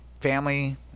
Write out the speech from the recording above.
family